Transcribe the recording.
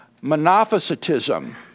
monophysitism